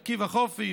עקיבא חופי,